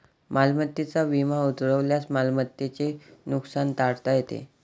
मालमत्तेचा विमा उतरवल्यास मालमत्तेचे नुकसान टाळता येते